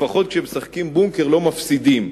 לפחות כשמשחקים "בונקר" לא מפסידים.